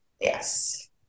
Yes